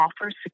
offers